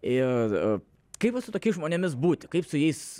ir kaip vat su tokiais žmonėmis būti kaip su jais